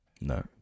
No